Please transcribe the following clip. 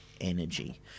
energy